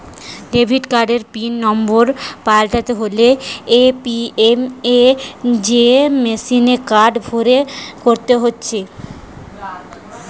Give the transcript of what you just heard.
debit কার্ডের pin number পাল্টাতে হলে এ.টি.এম এ যেয়ে মেসিনে কার্ড ভরে করতে হচ্ছে